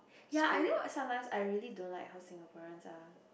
ya I know some times I really don't like how Singaporeans are